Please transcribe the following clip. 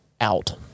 out